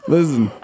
Listen